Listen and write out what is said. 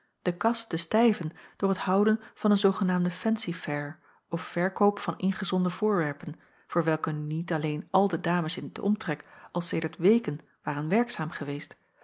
de kas te stijven door het houden van een zoogenaamde fancy-fair of verkoop van ingezonden voorwerpen voor welke nu niet alleen al de dames in den omtrek al sedert weken waren werkzaam geweest